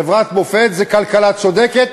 חברת מופת, זה כלכלה צודקת,